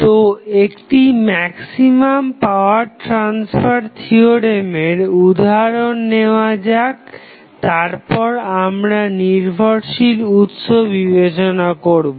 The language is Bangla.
তো একটি ম্যাক্সিমাম পাওয়ার ট্রাসফার থিওরেমের উদাহরণ নেওয়া যাক তারপর আমরা নির্ভরশীল উৎস বিবেচনা করবো